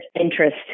interest